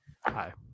Hi